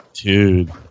dude